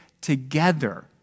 together